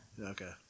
Okay